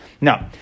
No